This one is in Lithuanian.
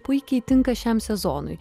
puikiai tinka šiam sezonui